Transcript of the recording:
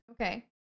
okay